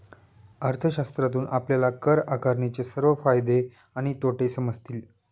अर्थशास्त्रातून आपल्याला कर आकारणीचे सर्व फायदे आणि तोटे समजतील